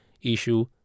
Issue